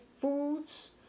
foods